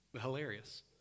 Hilarious